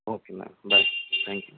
okay ma'am bye thank you